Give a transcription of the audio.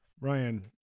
ryan